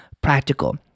practical